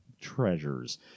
treasures